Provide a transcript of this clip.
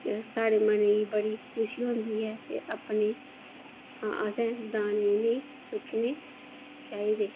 ते साढ़े मनै गी बडी खुशी होंदी ऐ ते अपनी दाने इ'नेंगी सु'ट्टने चाहिदे